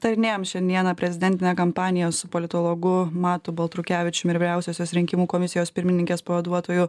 darinėjam šiandieną prezidentinę kampaniją su politologu matu baltrukevičium ir vyriausiosios rinkimų komisijos pirmininkės pavaduotoju